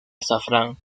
azafrán